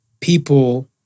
people